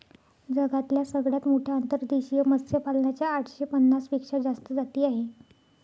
जगातल्या सगळ्यात मोठ्या अंतर्देशीय मत्स्यपालना च्या आठशे पन्नास पेक्षा जास्त जाती आहे